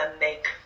make